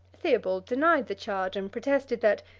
theobald denied the charge, and protested that,